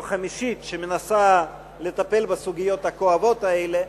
חמישית שמנסה לטפל בסוגיות הכואבות האלה,